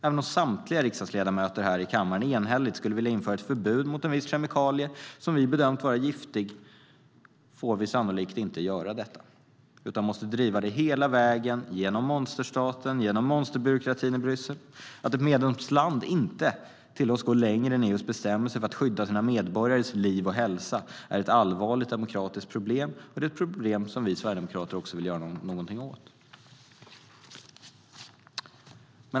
Även om samtliga riksdagsledamöter här i kammaren enhälligt skulle vilja införa ett förbud mot en viss kemikalie som vi bedömt vara giftig får vi sannolikt inte göra det, utan vi måste driva det hela vägen genom monsterstaten och monsterbyråkratin i Bryssel. Att ett medlemsland inte tillåts gå längre än EU:s bestämmelser för att skydda sina medborgares liv och hälsa är ett allvarligt demokratiskt problem, och det är ett problem som vi sverigedemokrater vill göra något åt.